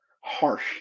harsh